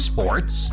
Sports